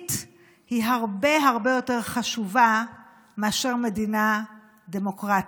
יהודית היא הרבה הרבה יותר חשובה מאשר מדינה דמוקרטית.